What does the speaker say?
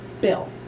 bill